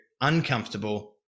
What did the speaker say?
uncomfortable